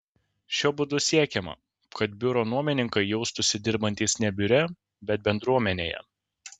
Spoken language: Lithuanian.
šiuo būdu siekiama kad biuro nuomininkai jaustųsi dirbantys ne biure bet bendruomenėje